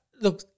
look